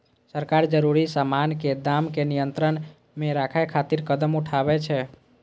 सरकार जरूरी सामान के दाम कें नियंत्रण मे राखै खातिर कदम उठाबै छै